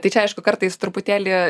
tai čia aišku kartais truputėlį